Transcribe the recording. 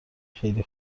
خیلی